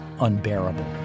unbearable